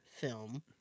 film